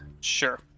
sure